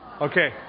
Okay